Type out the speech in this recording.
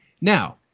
Now